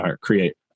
create